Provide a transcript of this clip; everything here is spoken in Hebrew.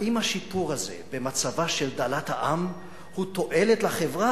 האם השיפור הזה במצבה של דלת העם הוא תועלת לחברה,